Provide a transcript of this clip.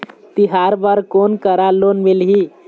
तिहार बर कोन करा लोन मिलही?